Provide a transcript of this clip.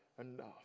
enough